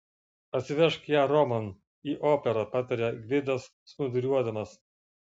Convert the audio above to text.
atsivežk ją romon į operą patarė gvidas snūduriuodamas